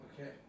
Okay